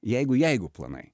jeigu jeigu planai